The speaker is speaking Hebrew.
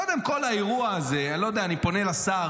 קודם כול, האירוע הזה, אני לא יודע, אני פונה לשר.